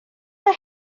mae